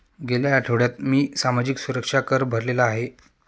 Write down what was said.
गेल्या आठवड्यात मी सामाजिक सुरक्षा कर भरलेला आहे